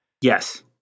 Yes